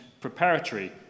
preparatory